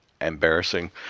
embarrassing